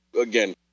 again